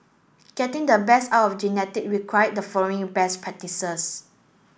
getting the best out of genetic require the following best practices